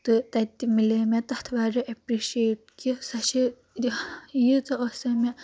تہٕ تَتہِ تہِ مِلے مےٚ تَتھ واریاہ ایٚپرِشیٹ کہِ سۄ چھِ ییژہ ٲسۍ سۄ مےٚ